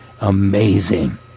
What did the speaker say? amazing